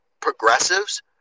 progressives